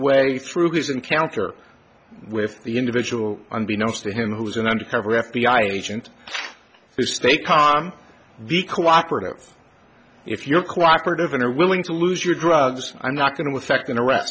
way through his encounter with the individual unbeknownst to him who is an undercover f b i agent if you stay calm be cooperative if you're cooperative and are willing to lose your drugs i'm not going to affect an